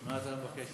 מה אתה מבקש?